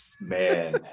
Man